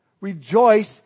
Rejoice